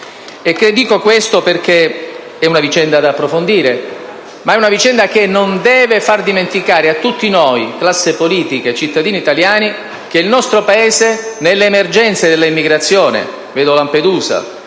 Dico questo perché si tratta di una vicenda da approfondire, ma che non deve far dimenticare a tutti noi - classe politica e cittadini italiani - che il nostro Paese, nell'emergenza dell'immigrazione (penso a Lampedusa